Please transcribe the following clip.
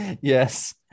Yes